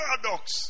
Paradox